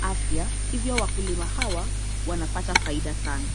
afya, hivyo wakulima hawa wanapata faida sana.